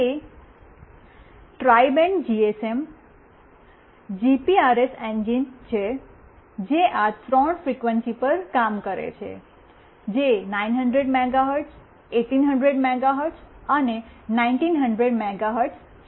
તે tri band GSM GPRS engine છે જે આ ત્રણ ફ્રીક્વન્સીઝ પર કામ કરે છે જે 900 મેગાહર્ટ્ઝ 1800 મેગાહર્ટ્ઝ અને 1900 મેગાહર્ટ્ઝ છે